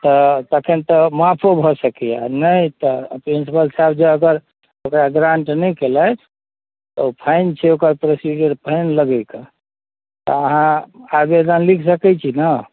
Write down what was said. तऽ तखन तऽ माफो भऽ सकैया नहि तऽ प्रिन्सिपल साहब जे अगर ओकरा ग्राण्ट नहि केलथि तऽ ओ फाइन छै प्रोसीड्यूर फाइन लगेके तऽ अहाँ आवेदन लिख सकैत छी ने